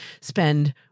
spend